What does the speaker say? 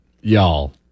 Y'all